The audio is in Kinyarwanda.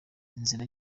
inzira